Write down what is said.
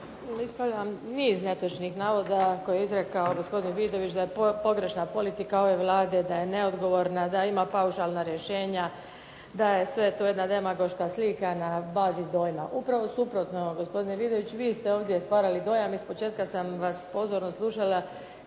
ispravljam niz netočnih navoda koje je izrekao gospodin Vidović, da je pogrešna politika ove Vlade, da je neodgovorna, da ima paušalna rješenja, da je sve to jedna demagoška slika na bazi dojma. Upravo suprotno gospodine Vidović, vi ste ovdje stvarali dojam. Ispočetka sam vas pozorno slušala,